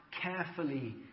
carefully